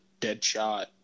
Deadshot